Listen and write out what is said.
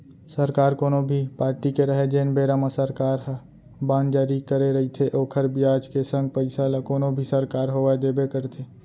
सरकार कोनो भी पारटी के रहय जेन बेरा म सरकार ह बांड जारी करे रइथे ओखर बियाज के संग पइसा ल कोनो भी सरकार होवय देबे करथे